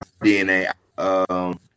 DNA